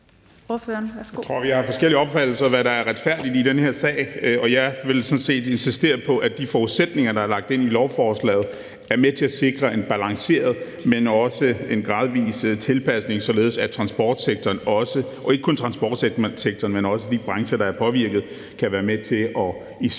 Jeg tror, vi har forskellige opfattelser af, hvad der er retfærdigt i den her sag. Jeg vil sådan set insistere på, at de forudsætninger, der er lagt ind i lovforslaget, er med til at sikre en balanceret, men også en gradvis tilpasning, således at transportsektoren – og ikke kun er transportsektoren, men også de brancher, der er påvirket – kan være med til i sidste